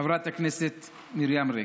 חברת הכנסת מרים רגב.